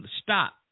Stop